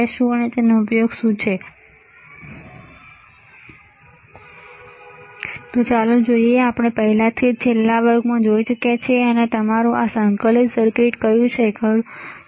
તેથી પરિભાષાઓને સમજો કે સર્કિટની આસપાસના ઘટકો શું છે તે સમજો અને પછી તમારી જિજ્ઞાસાને કારણે તમારી રુચિને કારણે તમારી પાસે ઘણા પ્રશ્નો હોઈ શકે છે તો ચાલો જોઈએ કે આપણે પહેલાથી જ છેલ્લા વર્ગમાં જોઈ ચૂક્યા છીએ અને તમારું સંકલિત સર્કિટ કયું છે ખરું ને